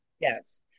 Yes